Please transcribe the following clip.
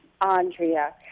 Andrea